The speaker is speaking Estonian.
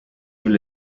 küll